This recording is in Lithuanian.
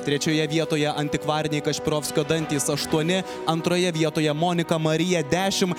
trečioje vietoje antikvariniai kašpirovskio dantys aštuoni antroje vietoje monika marija dešimt